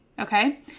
Okay